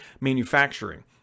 manufacturing